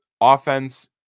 offense